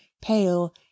pale